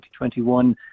2021